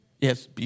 Yes